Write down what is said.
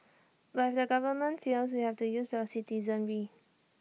but if the government fails we have to use the citizenry